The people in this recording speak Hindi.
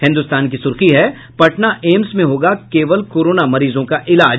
हिन्दुस्तान की सुर्खी है पटना एम्स में होगा केवल कोरोना मरीजों का इलाज